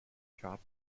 chop